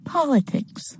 Politics